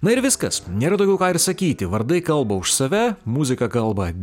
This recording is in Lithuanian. na ir viskas nėra daugiau ką ir sakyti vardai kalba už save muzika kalba